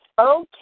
okay